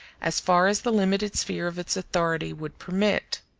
as far as the limited sphere of its authority would permit.